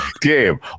game